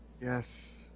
Yes